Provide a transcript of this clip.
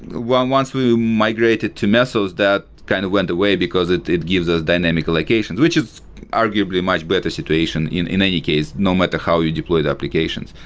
once we migrated to mesos, that kind of went away because it it gives us dynamic allocations, which is arguably a much better situation in in any case no matter how you deploy the applications.